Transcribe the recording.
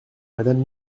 madame